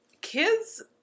kids